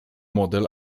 model